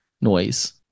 noise